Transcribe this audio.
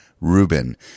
Rubin